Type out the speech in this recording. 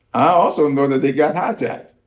i also know that they got hijacked.